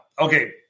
Okay